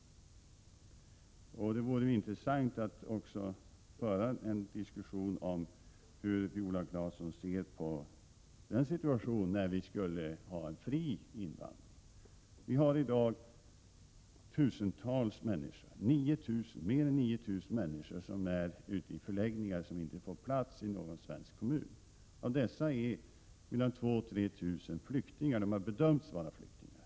Det vore intressant att föra en diskussion om hur Viola Claesson ser på en situation där vi skulle ha en fri invandring. I dag har vi mer än 9 000 människor ute i förläggningar som inte får plats i någon svensk kommun. Av dessa har 2 000—3 000 bedömts vara flyktingar.